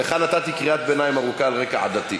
לך נתתי קריאת ביניים ארוכה על רקע עדתי.